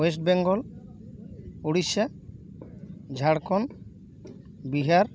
ᱚᱭᱮᱴ Bengal Odisha Jharkhand Bihar